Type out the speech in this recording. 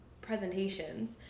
presentations